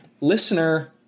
Listener